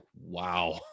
wow